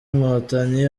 inkotanyi